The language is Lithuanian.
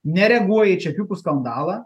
nereaguoja į čekiukų skandalą